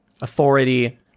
authority